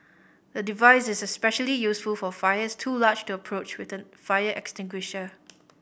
the device is especially useful for fires too large to approach with an fire extinguisher